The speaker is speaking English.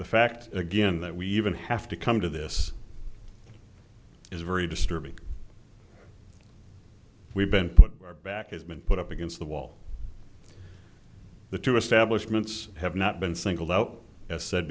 the fact again that we even have to come to this is very disturbing we've been put back as been put up against the wall the two establishments have not been singled out as said